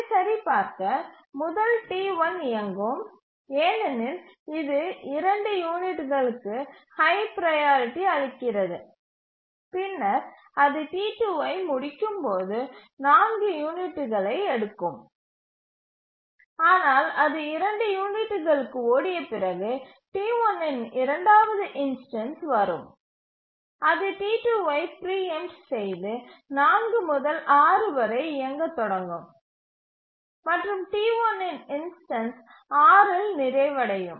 அதைச் சரிபார்க்க முதல் T1 இயங்கும் ஏனெனில் இது 2 யூனிட்டுகளுக்கு ஹை ப்ரையாரிட்டி அளிக்கிறது பின்னர் அது T2 ஐ முடிக்கும்போது 4 யூனிட்டுகளை எடுக்கும் ஆனால் அது 2 யூனிட்டுகளுக்கு ஓடிய பிறகு T1 இன் இரண்டாவது இன்ஸ்டன்ஸ் வரும் அது T2 ஐ பிரீஎம்ட் செய்து 4 முதல் 6 வரை இயங்கத் தொடங்கும் மற்றும் T1இன் இன்ஸ்டன்ஸ் 6இல் நிறைவடையும்